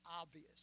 obvious